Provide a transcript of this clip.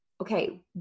okay